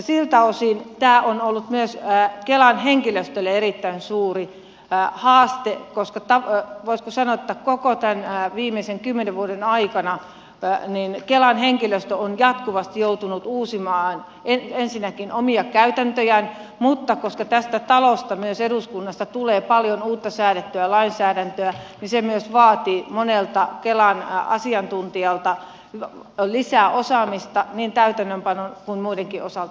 siltä osin tämä on ollut myös kelan henkilöstölle erittäin suuri haaste koska voisiko sanoa koko tämän viimeisen kymmenen vuoden aikana kelan henkilöstö on jatkuvasti joutunut uusimaan ensinnäkin omia käytäntöjään mutta koska tästä talosta myös eduskunnasta tulee paljon uutta säädettyä lainsäädäntöä niin se myös vaatii monelta kelan asiantuntijalta lisää osaamista niin täytäntöönpanon kuin muiden osalta